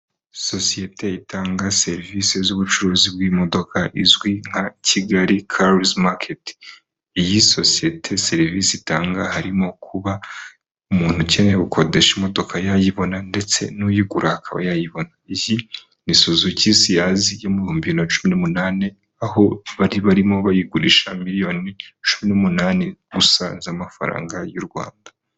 Sosiyete itanga serivisi z'ubucuruzi bw'imodoka izwi nka kigali cars market iyi sosiyete serivisi itanga harimo kuba umuntu ukeneye gukodesha imodoka yayibona ndetse n'uyigura akaba yayibona iyi ni suzuki siyazi y'ibihumbi bibiri na cumi n'umunani aho bari barimo bayigurisha miliyoni cumi n'umunani gusa za mafaranga y'u Rwanda.